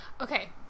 Okay